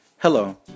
Hello